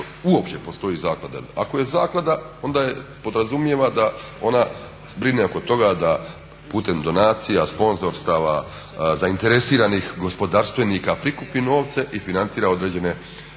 uopće postoji zaklada. Ako je zaklada onda podrazumijeva da ona brine oko toga da putem donacija, sponzorstava, zainteresiranih gospodarstvenika prikupi novce i financira određene